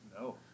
No